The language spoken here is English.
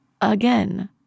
again